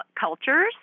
cultures